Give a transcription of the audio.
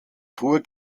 tour